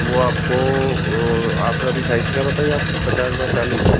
वह आपको आपने अभी साइज़ क्या बताई आपको पचास बाय चालीस